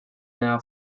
now